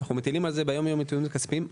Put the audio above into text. אנחנו מטילים על זה עיצומים כספיים ביום-יום.